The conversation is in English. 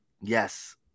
Yes